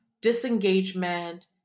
disengagement